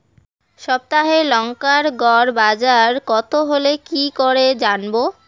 সপ্তাহে লংকার গড় বাজার কতো হলো কীকরে জানবো?